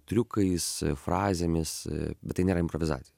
triukais frazėmis bet tai nėra improvizacija